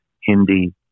Hindi